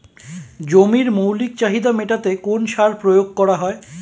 জমির মৌলিক চাহিদা মেটাতে কোন সার প্রয়োগ করা হয়?